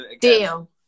deal